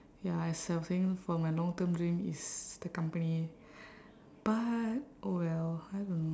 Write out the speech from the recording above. ya as I was saying for my long term dream is the company but oh well I don't know